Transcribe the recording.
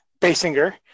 Basinger